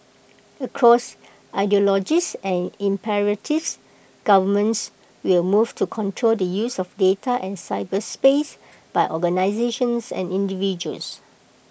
across ideologies and imperatives governments will move to control the use of data and cyberspace by organisations and individuals